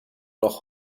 noch